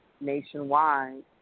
nationwide